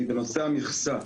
את נושא המכסה.